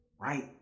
right